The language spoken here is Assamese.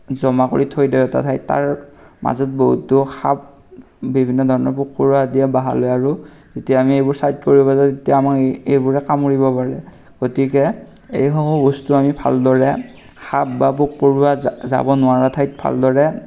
জমা কৰি থৈ দিওঁ এটা ঠাইত তাৰ মাজত বহুতো সাপ বিভিন্ন ধৰণৰ পোক পৰুৱা আদিয়ে বাঁহ লয় আৰু যেতিয়া আমি এইবোৰ চাইড কৰিব যাওঁ তেতিয়া আমাক এইবোৰে কামুৰিব পাৰে গতিকে এইসমূহ বস্তু আমি ভালদৰে সাপ বা পোক পৰুৱা যা যাব নোৱাৰা ঠাইত